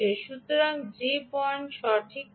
সুতরাং যে সঠিক পয়েন্ট নয়